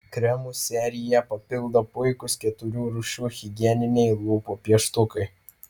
kremų seriją papildo puikūs keturių rūšių higieniniai lūpų pieštukai